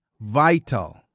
vital